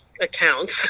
accounts